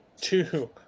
two